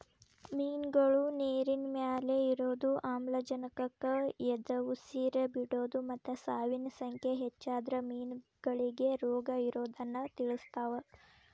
ಮಿನ್ಗಳು ನೇರಿನಮ್ಯಾಲೆ ಇರೋದು, ಆಮ್ಲಜನಕಕ್ಕ ಎದಉಸಿರ್ ಬಿಡೋದು ಮತ್ತ ಸಾವಿನ ಸಂಖ್ಯೆ ಹೆಚ್ಚಾದ್ರ ಮೇನಗಳಿಗೆ ರೋಗಇರೋದನ್ನ ತಿಳಸ್ತಾವ